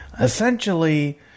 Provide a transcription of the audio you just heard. Essentially